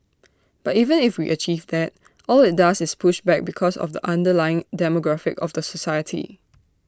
but even if we achieve that all IT does is push back because of the underlying demographic of the society